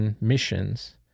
missions